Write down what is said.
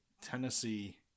Tennessee